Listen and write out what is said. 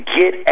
get